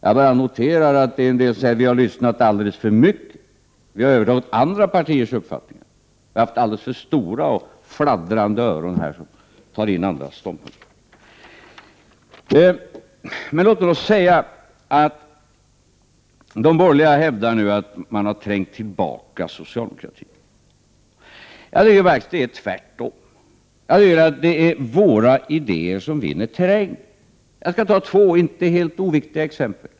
Jag bara noterar att en del säger att vi har lyssnat alldeles för mycket, att vi har tagit över andra partiers uppfattningar, att vi har haft alldeles för stora och fladdrande öron som tar in andras ståndpunkter. De borgerliga hävdar nu att de har trängt tillbaka socialdemokratin. Jag tycker faktiskt att det är tvärtom. Det är våra idéer som vinner terräng. Jag skall ta två inte helt oviktiga exempel.